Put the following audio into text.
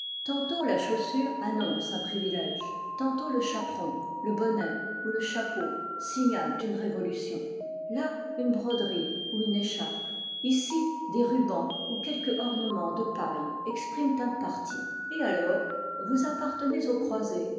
tantôt la chaussure annonce un privilège tantôt le chaperon le bonnet ou le chapeau signalent une révolution là une broderie ou une écharpe ici des rubans ou quelque ornement de paille expriment un parti et alors vous appartenez aux croisés